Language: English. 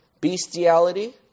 bestiality